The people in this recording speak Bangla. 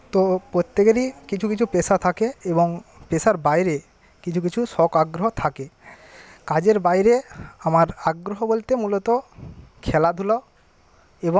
তো প্রত্যেকেরই কিছু কিছু পেশা থাকে এবং পেশার বাইরে কিছু কিছু শখ আগ্রহ থাকে কাজের বাইরে আমার আগ্রহ বলতে মূলত খেলাধুলা এবং